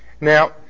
Now